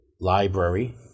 library